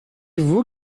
vous